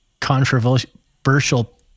controversial